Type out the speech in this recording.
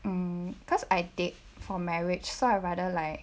mm cause I date for marriage so I rather like